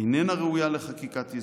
איננה ראויה לחקיקת-יסוד.